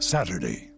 Saturday